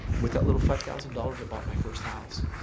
with that little five thousand dollars i bought my first house.